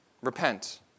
Repent